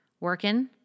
working